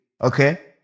Okay